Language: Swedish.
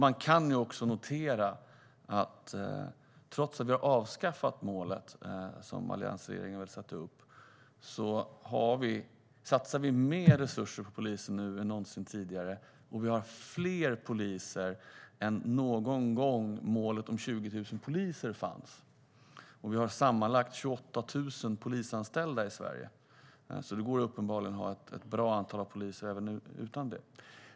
Man kan också notera att trots att vi har avskaffat målet som alliansregeringen satte upp satsar vi nu mer resurser på polisen än någonsin tidigare. Vi har fler poliser än någon gång under den tid som målet om 20 000 poliser fanns. Vi har sammanlagt 28 000 polisanställda i Sverige. Det går uppenbarligen att ha ett bra antal poliser även utan det.